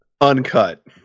uncut